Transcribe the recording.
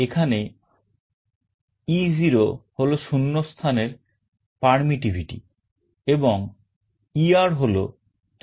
এখন e 0 হল শূন্য স্থানের মধ্যেখানের permittivity